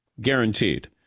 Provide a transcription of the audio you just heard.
guaranteed